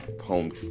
home